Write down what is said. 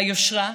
היושרה,